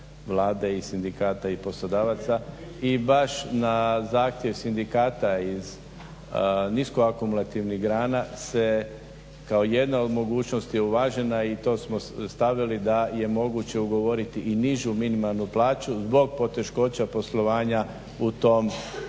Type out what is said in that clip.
partnera, Vlade i sindikata i poslodavaca i baš na zahtjev sindikata iz niskoakumulativnih grana se kao jedna od mogućnosti uvažena i to smo stavili da je moguće ugovoriti i nižu minimalnu plaću zbog poteškoća poslovanja u tim